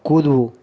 કૂદવું